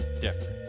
different